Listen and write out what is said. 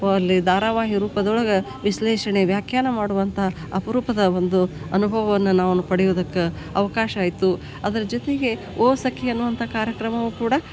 ವ ಅಲ್ಲಿ ಧಾರಾವಾಹಿ ರೂಪದೊಳಗೆ ವಿಶ್ಲೇಷಣೆ ವ್ಯಾಖ್ಯಾನ ಮಾಡುವಂಥ ಅಪರೂಪದ ಒಂದು ಅನುಭವವನ್ನು ನಾನು ಪಡಿಯುದಕ್ಕೆ ಅವಕಾಶ ಆಯಿತು ಅದ್ರ ಜೊತೆಗೆ ಓ ಸಖಿ ಅನ್ನುವಂಥ ಕಾರ್ಯಕ್ರಮವು ಕೂಡ